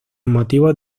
motivos